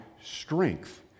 strength